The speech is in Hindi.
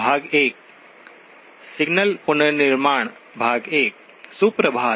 शुभ प्रभात